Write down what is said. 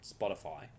Spotify